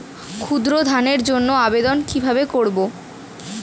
ক্ষুদ্র ঋণের জন্য আবেদন কিভাবে করব?